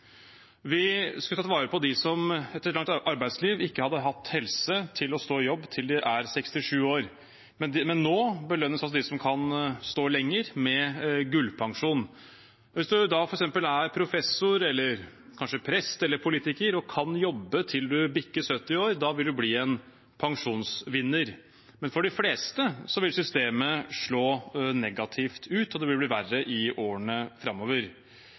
Vi skulle tatt vare på dem som etter et langt arbeidsliv ikke har helse til å stå i jobb til de er 67 år, men nå belønnes de som kan stå lenger, med gullpensjon. Hvis man f.eks. er professor, eller kanskje prest eller politiker, og kan jobbe til man bikker 70 år, vil man bli en pensjonsvinner. Men for de fleste vil systemet slå negativt ut, og det vil bli verre i årene framover.